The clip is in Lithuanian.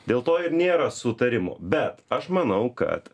dėl to ir nėra sutarimo bet aš manau kad